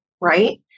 right